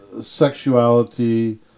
sexuality